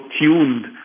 tuned